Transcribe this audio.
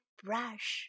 brush